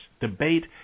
debate